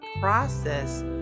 process